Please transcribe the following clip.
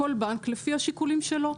כל בנק לפי השיקולים שלו.